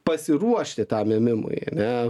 pasiruošti tam ėmimui ane